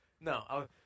no